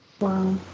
Wow